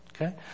Okay